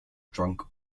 drunk